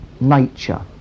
nature